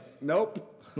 Nope